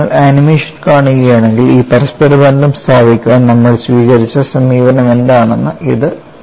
നിങ്ങൾ ആനിമേഷൻ കാണുകയാണെങ്കിൽ ഈ പരസ്പര ബന്ധം സ്ഥാപിക്കാൻ നമ്മൾ സ്വീകരിച്ച സമീപനം എന്താണെന്ന് ഇത് നൽകുന്നു